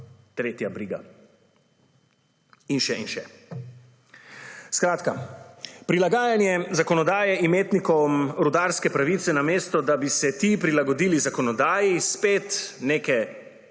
tretja briga. In še in še. Skratka, prilagajanje zakonodaje imetnikom rudarske pravice namesto, da bi se ti prilagodili zakonodaji, spet neke